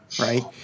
Right